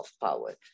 power